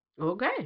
Okay